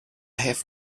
have